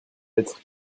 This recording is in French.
être